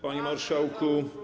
Panie Marszałku!